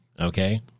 Okay